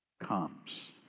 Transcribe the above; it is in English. comes